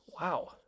Wow